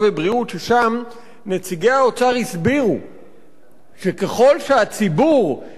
ששם נציגי האוצר הסבירו שככל שהציבור יחסוך